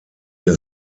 der